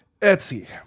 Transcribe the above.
Etsy